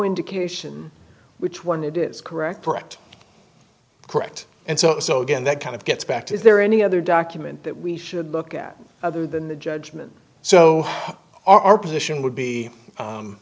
indication which one it is correct correct correct and so so again that kind of gets back to is there any other document that we should look at other than the judgment so our position would be